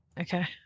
Okay